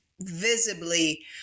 visibly